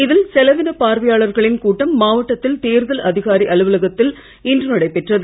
இதில் செலவின பார்வையாளர்களின் கூட்டம் மாவட்ட தேர்தல் அதிகாரி அலுவலகத்தில் இன்று நடைபெற்றது